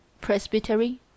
Presbytery